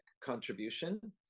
contribution